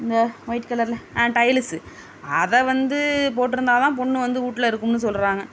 இந்த ஒயிட் கலரில் டையில்ஸு அதை வந்து போட்டிருந்தா தான் பொண்ணு வந்து வீட்ல இருக்கும்னு சொல்கிறாங்க